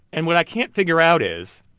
and what i can't figure out is,